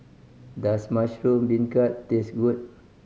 does mushroom beancurd taste good